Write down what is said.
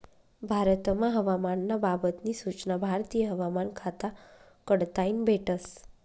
भारतमा हवामान ना बाबत नी सूचना भारतीय हवामान खाता कडताईन भेटस